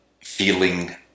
feeling